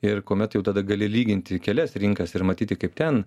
ir kuomet jau tada gali lyginti kelias rinkas ir matyti kaip ten